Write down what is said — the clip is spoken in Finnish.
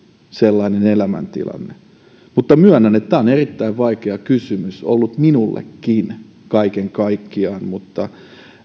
sellainen elämäntilanne omaisilta kysyy myönnän että tämä on erittäin vaikea kysymys ollut minullekin kaiken kaikkiaan mutta